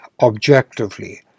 objectively